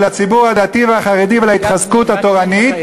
הציבור הדתי והחרדי ועל ההתחזקות התורנית,